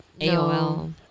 AOL